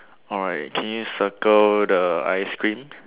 alright can you circle the ice cream